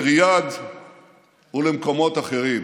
לריאד ולמקומות אחרים.